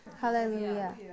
Hallelujah